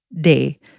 day